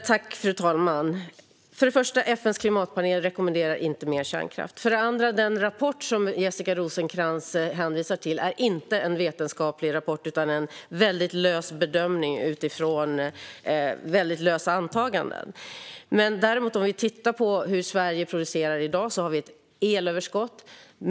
Fru talman! För det första: FN:s klimatpanel rekommenderar inte mer kärnkraft. För det andra: Den rapport som Jessica Rosencrantz hänvisar till är inte en vetenskaplig rapport utan en bedömning utifrån mycket lösa antaganden. Låt oss titta på hur Sverige producerar i dag. Det finns ett elöverskott.